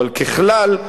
אבל ככלל,